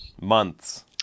Months